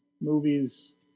movies